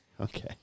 Okay